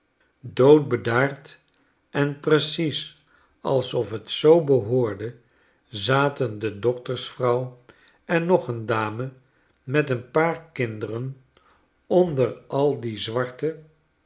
doodbedaard en preciesalsofhet zoobehoorde zaten de doktersvrouw en nog een dame met een paar kinderen ofrder al die zwarte